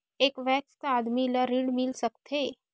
एक वयस्क आदमी ला का ऋण मिल सकथे?